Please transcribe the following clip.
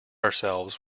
ourselves